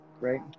Right